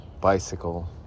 Bicycle